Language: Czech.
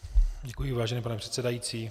Děkuji, vážený pane předsedající.